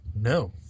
No